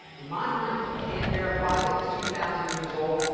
in my mind, if you can't verify that it's two thousand years old,